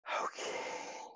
Okay